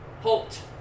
Halt